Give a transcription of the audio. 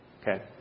Okay